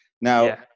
now